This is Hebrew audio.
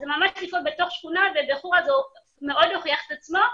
זה ממש להיות בתוך שכונה ובחורה זה מאוד הוכיח את עצמו.